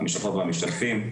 המשתתפים.